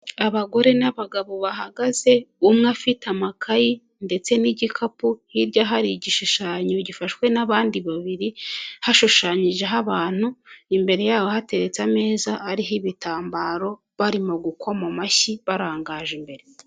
Abagore n'abagabo bahagaze, umwe afite amakayi ndetse n'igikapu, hirya hari igishushanyo gifashwe n'abandi babiri, hashushanyijeho abantu, imbere y'abo hateretse ameza ariho ibitambaro, barimo gukoma amashyi, barangaje imbere.